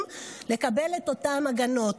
לקבל את אותן הגנות.